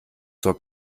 zur